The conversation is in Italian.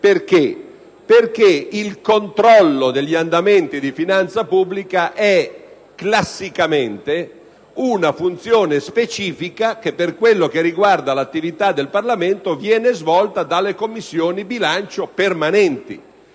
perché il controllo degli andamenti di finanza pubblica è, classicamente, una funzione specifica che, per quello che riguarda l'attività del Parlamento, viene svolta dalle Commissioni permanenti